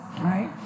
right